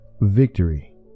Victory